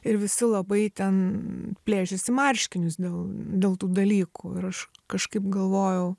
ir visi labai ten plėšėsi marškinius dėl dėl tų dalykų ir aš kažkaip galvojau